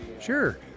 Sure